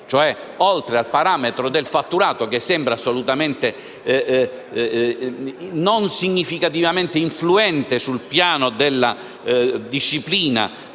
oltre al parametro del fatturato, che sembra non significativamente influente sul piano della disciplina